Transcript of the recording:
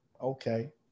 Okay